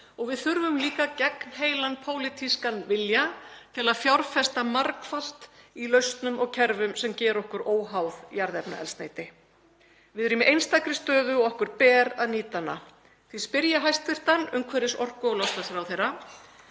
og við þurfum líka gegnheilan pólitískan vilja til að fjárfesta margfalt í lausnum og kerfum sem gera okkur óháð jarðefnaeldsneyti. Við erum í einstakri stöðu og okkur ber að nýta hana. Því spyr ég hæstv. umhverfis-, orku- og loftslagsráðherra: